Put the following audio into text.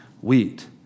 wheat